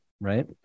Right